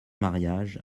mariage